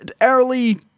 early